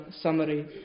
summary